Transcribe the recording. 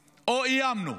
או: איימנו.